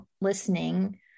listening